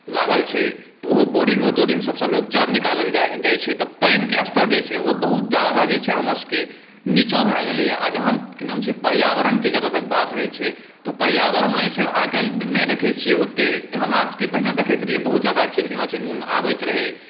लागल छै तऽ ओहो बोरिङ्गो तोरिङ्गसभसँ लोक जल निकालल जाइत छै तऽ पानिके स्तर जे छै ओ बहुत ज्यादा जे छै हमरसभके नीचाँ भए गेलैए आ जहन की नाम छियै पर्यावरणके जतय तक बात होइत छै तऽ पर्यावरणो जे छै आइ काल्हि नहि देखैत छियै ओते हमरासभके पहिले देखैत रहियै बहुत ज्यादा चिड़िया चुनमुन अबैत रहै